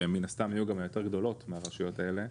שהם מן הסתם יהיו גם היותר גדולות מהרשויות האלה,